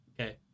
Okay